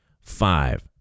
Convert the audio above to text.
five